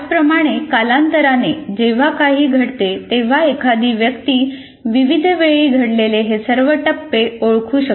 त्याचप्रमाणे कालांतराने जेव्हा काही घडते तेव्हा एखादी व्यक्ती विविध वेळी घडलेले सर्व टप्पे ओळखू शकते